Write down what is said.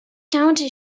counter